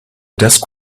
desk